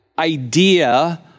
idea